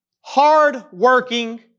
hard-working